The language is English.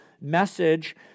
message